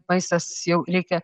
maistas jau reikia